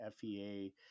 FEA